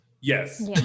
Yes